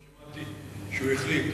שמעתי שהוא החליט,